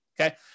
okay